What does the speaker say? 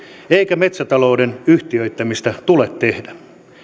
eikä metsätalouden yhtiöittämistä tule tehdä